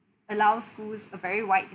allows schools a very wide